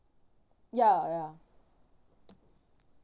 ya ya